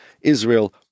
Israel